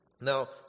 Now